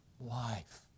life